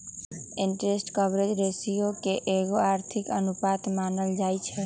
interest coverage ratio के एगो आर्थिक अनुपात मानल जाइ छइ